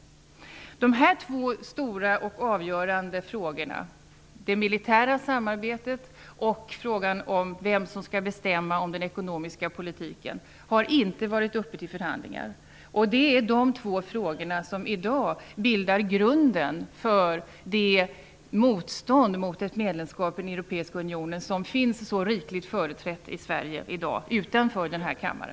Dessa två stora och avgörande frågor, nämligen frågorna om det militära samarbetet och om vem som skall bestämma om den ekonomiska politiken, har inte varit uppe till förhandlingar. Dessa frågor är de frågor som i dag bildar grunden för det motstånd mot ett medlemskap i den europeiska unionen som finns så rikligt företrätt i Sverige i dag, utanför denna kammare.